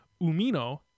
Umino